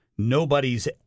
Nobody's